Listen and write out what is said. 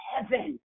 heaven